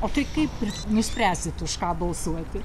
o tai kaip nuspręsit už ką balsuoti